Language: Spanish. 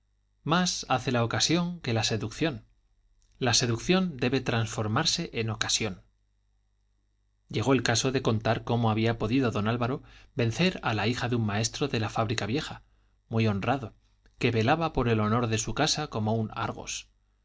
más hace la ocasión que la seducción la seducción debe transformarse en ocasión llegó el caso de contar cómo había podido don álvaro vencer a la hija de un maestro de la fábrica vieja muy honrado que velaba por el honor de su casa como un argos